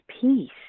peace